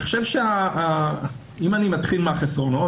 אם אני מתחיל מהחסרונות,